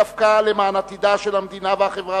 דווקא למען עתידה של המדינה והחברה